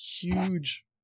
huge